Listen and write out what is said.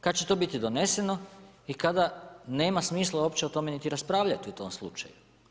Kada će to biti doneseno i kada nema smisla uopće o tome niti raspravljati u tom slučaju?